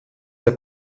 der